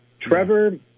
Trevor